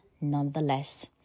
nonetheless